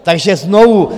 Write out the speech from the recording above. Takže znovu.